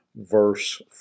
verse